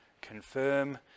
confirm